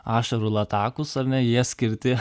ašarų latakus ar ne jie skirti